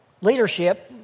Leadership